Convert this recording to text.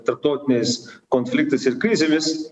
tarptautiniais konfliktais ir krizėmis